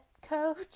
coach